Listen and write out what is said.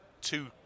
two